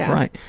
right.